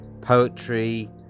poetry